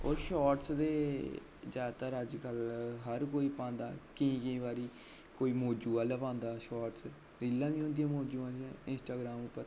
होर शार्टस ते जादैतर ते अज्ज कल हर कोई पांदा केईं केईं बारी कोई मौजू आह्ला पांदा शार्टस रीलां बी होंदियां मौजू आह्लियां इंस्टाग्राम उप्पर